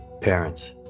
Parents